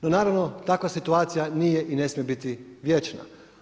No, naravno takva situacija nije i ne smije biti vječna.